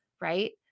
right